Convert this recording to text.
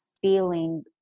feeling